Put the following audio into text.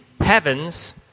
heavens